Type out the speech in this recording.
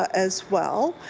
ah as well.